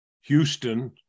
Houston